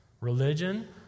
Religion